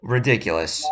Ridiculous